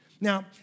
Now